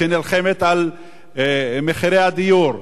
שנלחמת על מחירי הדיור,